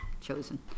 chosen